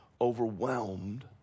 overwhelmed